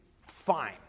fine